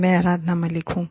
मैं आराधना मलिक हूँ